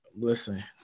Listen